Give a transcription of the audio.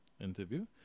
interview